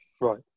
Right